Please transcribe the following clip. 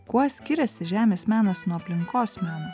kuo skiriasi žemės menas nuo aplinkos meno